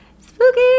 spooky